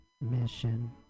mission